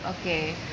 Okay